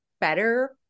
better